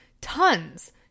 Tons